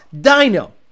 Dino